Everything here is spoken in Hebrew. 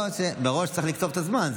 לא, מראש צריך לקצוב את הזמן.